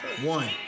One